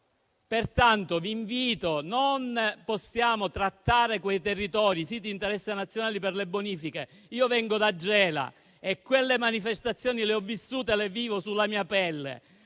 morire di cancro. Non possiamo trattare in questo modo quei territori, siti di interesse nazionale per le bonifiche. Io vengo da Gela e quelle manifestazioni le ho vissute e le vivo sulla mia pelle.